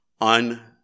un